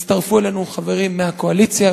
הצטרפו אלינו חברים מהקואליציה.